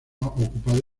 ocupado